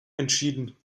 entschieden